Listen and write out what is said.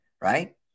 right